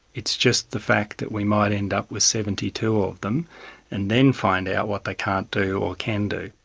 it's just the fact that we might end up with seventy two of them and then find out what they can't do or can do.